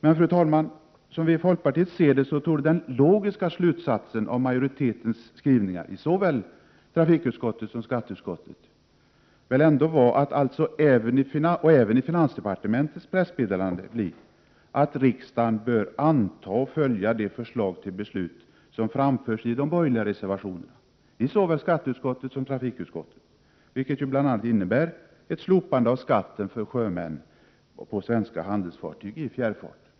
Men, fru talman, som vi i folkpartiet ser det hela torde den logiska slutsatsen om majoritetens skrivningar såväl i trafikutskottet och skatteutskottet som i finansdepartementets pressmeddelande bli att riksdagen bör anta och följa de förslag till beslut som framförs i de borgerliga reservationerna i både skatteutskottet och trafikutskottet, i vilka man ju bl.a. kräver ett slopande av skatten för sjömän på svenska handelsfartyg i fjärrfart.